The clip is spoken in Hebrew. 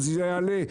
אז זה יעלה.